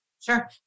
Sure